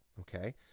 Okay